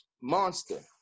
monster